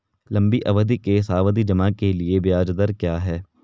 लंबी अवधि के सावधि जमा के लिए ब्याज दर क्या है?